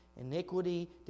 iniquity